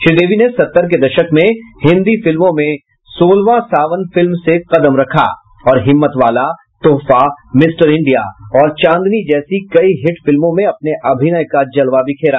श्रीदेवी ने सत्तर के दशक में हिन्दी फिल्मों में सोलवां सावन फिल्म से कदम रखा और हिम्मतवाला तोहफा मिस्टर इंडिया और चांदनी जैसी कई हिट फिल्मों में अपने अभिनय का जलवा बिखेरा